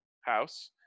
house